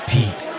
Pete